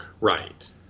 Right